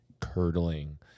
curdling